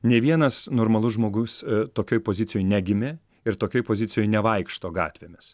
nė vienas normalus žmogus tokioj pozicijoj negimė ir tokioj pozicijoj nevaikšto gatvėmis